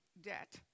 debt